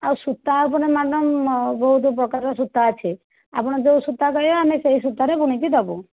ଆଉ ସୂତା ଉପରେ ମ୍ୟାଡ଼ାମ୍ ବହୁତ ପ୍ରକାରର ସୂତା ଅଛି ଆପଣ ଯୋଉ ସୂତା କହିବେ ଆମେ ସେଇ ସୂତାରେ ବୁଣିକି ଦେବୁ